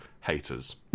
haters